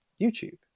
YouTube